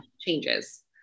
changes